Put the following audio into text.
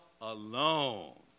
alone